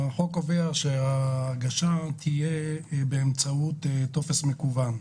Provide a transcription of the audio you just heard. קובע שהגשת הבקשה תהיה באמצעות טופס מקוון.